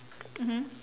mmhmm